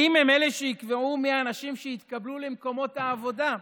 האם הם שיקבעו מי האנשים שיתקבלו למקומות העבודה,